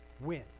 win